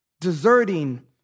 deserting